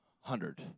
hundred